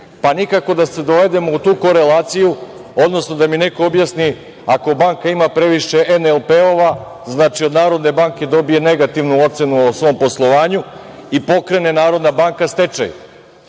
pa nikako da se dovedemo u tu korelaciju, odnosno da mi neko objasni ako banka ima previše NLP, znači od NBS dobija negativnu ocenu o svom poslovanju i pokrene Narodna banka stečaj,